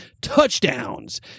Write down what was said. touchdowns